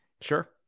Sure